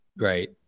right